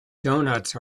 doughnuts